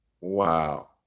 Wow